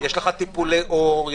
טיפולי עור,